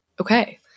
Okay